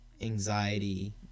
anxiety